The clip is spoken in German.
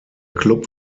club